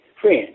Friends